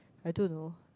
I don't know